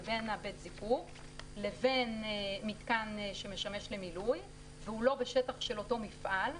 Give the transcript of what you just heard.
זה בין בית הזיקוק לבין מיתקן שמשמש למילוי והוא לא בשטח של אותו מפעל,